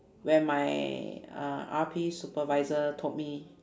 when my uh R_P supervisor told me